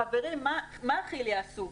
חברים, מה כי"ל יעשו?